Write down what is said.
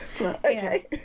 Okay